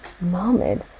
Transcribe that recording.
moment